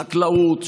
חקלאות,